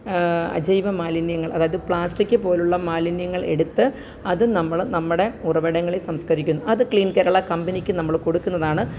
അജൈവ മാലിന്യങ്ങള് അതായത് പ്ലാസ്റ്റിക് പോലുള്ള മാലിന്യങ്ങള് എടുത്ത് അത് നമ്മൾ നമ്മുടെ ഉറവിടങ്ങളില് സംസ്കരിക്കുന്നു അത് ക്ലീന് കേരള കമ്പനിക്ക് നമ്മൾ കൊടുക്കുന്നതാണ്